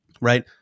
right